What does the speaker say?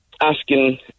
asking